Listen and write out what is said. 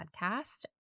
podcast